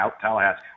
Tallahassee